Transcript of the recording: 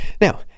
Now